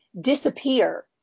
disappear